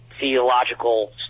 theological